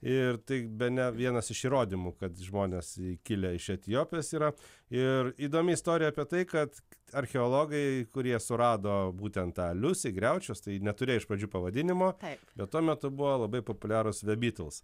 ir tai bene vienas iš įrodymų kad žmonės kilę iš etiopijos yra ir įdomi istorija apie tai kad archeologai kurie surado būtent tą liusi griaučius tai neturėjo iš pradžių pavadinimo bet tuo metu buvo labai populiarūs the beatles